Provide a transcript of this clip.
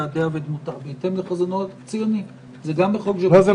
יעדיה ודמותה בהתאם לחוק הציוני" זה מופיע,